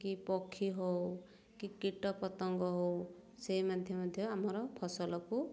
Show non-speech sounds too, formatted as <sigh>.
କି ପକ୍ଷୀ ହେଉ କି କୀଟପତଙ୍ଗ ହେଉ <unintelligible> ମଧ୍ୟ ଆମର ଫସଲକୁ